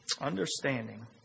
Understanding